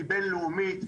בינלאומית,